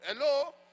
Hello